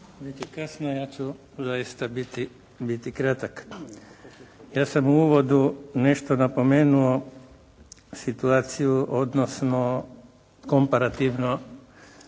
Ja sam u uvodu nešto napomenuo situaciju, odnosno komparativno